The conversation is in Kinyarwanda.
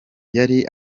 yari